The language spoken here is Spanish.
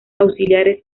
auxiliares